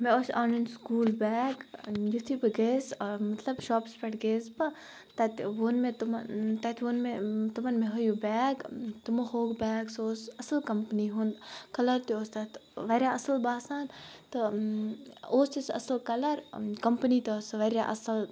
مےٚ ٲس اَنٕنۍ سکوٗل بیگ یُتھُے بہٕ گٔیَس مطلب شاپَس پٮ۪ٹھ گٔیَس بہٕ تَتہِ ووٚن مےٚ تِمَن تَتہِ ووٚن مےٚ تِمَن مےٚ ہٲیِو بیگ تِمو ہووُکھ بیگ سُہ اوس اَصٕل کمپنی ہُنٛد کَلَر تہِ اوس تَتھ واریاہ اَصٕل باسان تہٕ اوس تہِ سُہ اَصٕل کَلَر کَمپنی تہِ ٲس سۄ واریاہ اَصٕل